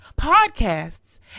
podcasts